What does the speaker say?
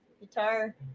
guitar